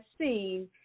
seen